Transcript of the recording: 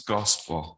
Gospel